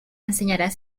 enseñarás